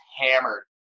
hammered